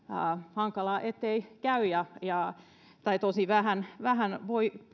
hankalaa etteivät käy tai tosi vähän vähän voivat